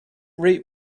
read